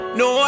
no